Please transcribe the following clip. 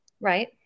Right